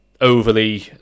overly